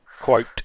quote